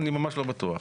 אני ממש לא בטוח.